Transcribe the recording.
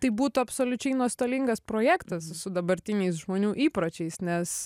tai būtų absoliučiai nuostolingas projektas dabartiniais žmonių įpročiais nes